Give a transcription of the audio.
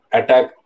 attack